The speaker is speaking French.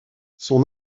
son